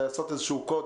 לעשות איזשהו קוד,